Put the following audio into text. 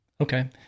Okay